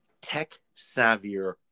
tech-savvier